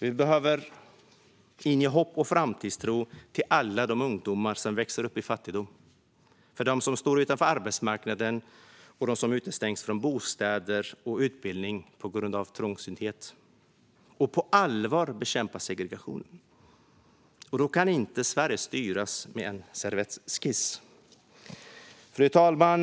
Vi behöver inge hopp och framtidstro till alla ungdomar som växer upp i fattigdom, till dem som står utanför arbetsmarknaden samt till dem som utestängs från bostäder och utbildning på grund av trångsynthet. Vi måste på allvar bekämpa segregationen. Då kan Sverige inte styras med hjälp av en servettskiss. Fru talman!